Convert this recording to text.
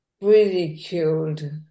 Ridiculed